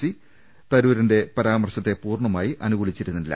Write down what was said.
C തരൂരിന്റെ പരാമർശത്തെ പൂർണമായി അനുകൂലിച്ചിരുന്നില്ല